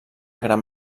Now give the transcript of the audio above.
gran